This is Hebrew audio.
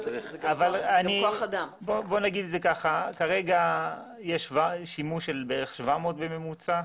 בוא נגיד שכרגע יש שימוש של בערך 700 בממוצע.